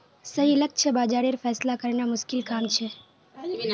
सही लक्ष्य बाज़ारेर फैसला करना मुश्किल काम छे